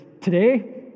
today